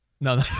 No